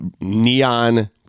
neon